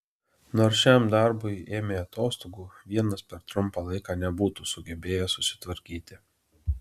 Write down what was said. nors šiam darbui ėmė atostogų vienas per trumpą laiką nebūtų sugebėjęs susitvarkyti